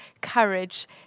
courage